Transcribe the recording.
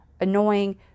annoying